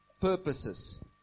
purposes